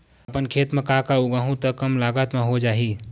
अपन खेत म का का उगांहु त कम लागत म हो जाही?